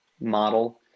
model